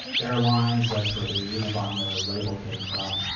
airlines, that's where the unabomber label came from.